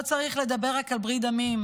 לא צריך לדבר רק על ברית דמים,